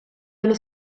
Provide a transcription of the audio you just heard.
dello